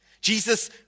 Jesus